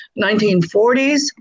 1940s